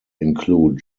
include